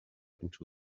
into